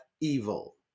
evil